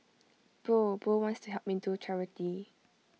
bro Bro wants to help me do charity